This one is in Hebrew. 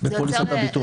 בפוליסת הביטוח.